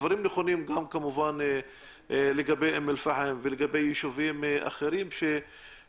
הדברים נכונים גם לגבי אום אל פחם ולגבי ישובים אחרים שחשבנו